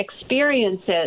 experiences